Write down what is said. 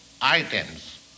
items